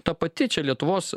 ta pati čia lietuvos